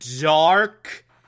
dark